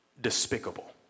despicable